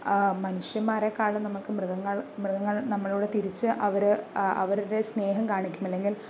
മനുഷ്യന്മാരെക്കാൾ നമ്മൾക്ക് മൃഗങ്ങൾ മൃഗങ്ങൾ നമ്മളോട് തിരിച്ചു അവര് അവരുടെ സ്നേഹം കാണിക്കും അല്ലെങ്കിൽ